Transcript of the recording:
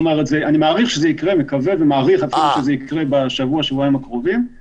מעריך ומקווה שזה יקרה בשבוע שבועיים הקרובים.